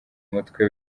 umutwe